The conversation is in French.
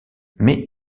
mais